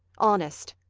honest!